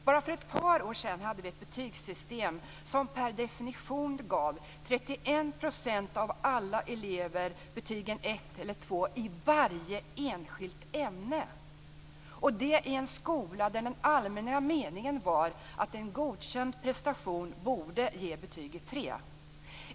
Bara för ett par år sedan hade vi ett betygssystem som per definition gav 31 % av alla elever betyget 1 eller 2 i varje enskilt ämne, och det i en skola där den allmänna meningen var att en godkänd prestation borde ge betyget 3.